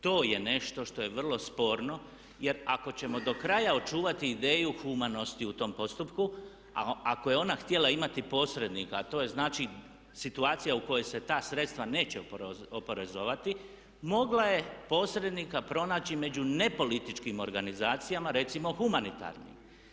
To je nešto što je vrlo sporno, jer ako ćemo do kraja očuvati ideju humanosti u tom postupku, a ako je ona htjela imati posrednika a to je znači situacija u kojoj se ta sredstva neće oporezovati mogla je posrednika pronaći među nepolitičkim organizacijama, recimo humanitarnim.